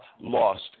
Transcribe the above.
lost